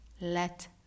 Let